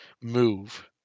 move